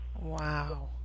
Wow